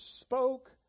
spoke